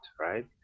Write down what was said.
right